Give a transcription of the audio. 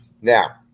Now